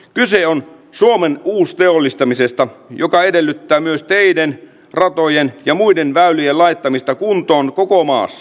kyse on suomen uusteollistamisesta joka edellyttää myös teiden ratojen ja muiden väylien laittamista kuntoon koko maassa